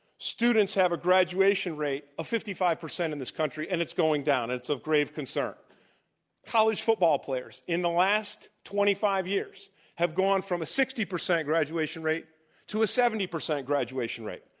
students have a graduation rate of fifty five percent in this country, and it's going down. it's of grave concern. nfl college football players in the last twenty five years have gone from a sixty percent graduation rate to a seventy percent graduation rate.